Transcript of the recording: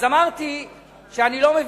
אז אמרתי שאני לא מבין.